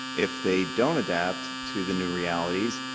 if they don't adapt to the new reality,